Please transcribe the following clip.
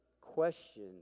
question